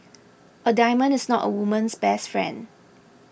a diamond is not a woman's best friend